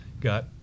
got